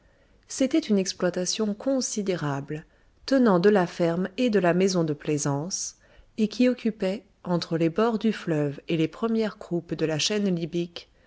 c'était une exploitation considérable tenant de la ferme et de la maison de plaisance et qui occupait entre les bords du fleuve et les premières croupes de la chaîne libyque